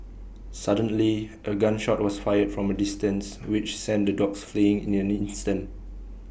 suddenly A gun shot was fired from A distance which sent the dogs fleeing in an instant